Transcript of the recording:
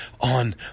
on